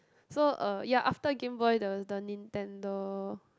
so uh ya after GameBoy there was the Nintendo